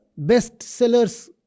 bestsellers